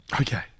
Okay